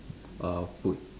uh put